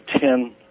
ten